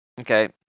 Okay